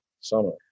Summer